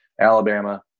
Alabama